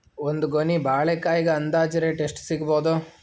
ಒಂದ್ ಗೊನಿ ಬಾಳೆಕಾಯಿಗ ಅಂದಾಜ ರೇಟ್ ಎಷ್ಟು ಸಿಗಬೋದ?